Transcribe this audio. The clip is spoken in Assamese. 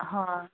হয়